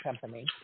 Company